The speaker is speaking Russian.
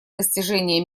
достижение